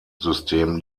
system